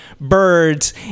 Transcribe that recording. birds